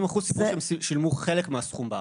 50% סיפרו שהם שילמו חלק מהסכום בארץ,